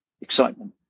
excitement